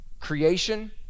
creation